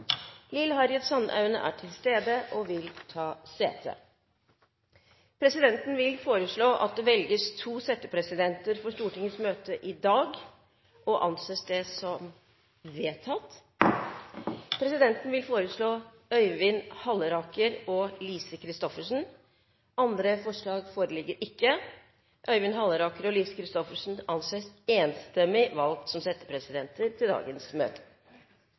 Lill Harriet Sandaune er til stede og vil ta sete. Presidenten vil foreslå at det velges to settepresidenter for Stortingets møte i dag – og anser det som vedtatt. Presidenten vil foreslå Øyvind Halleraker og Lise Christoffersen. – Andre forslag foreligger ikke, og Øyvind Halleraker og Lise Christoffersen anses enstemmig valgt som settepresidenter for dagens møte.